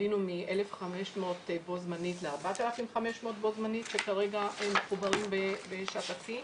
עלינו מ-1,500 בו זמנית ל-4,500 בו זמנית שכרגע מחוברים בשעת השיא,